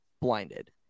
blinded